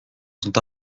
sont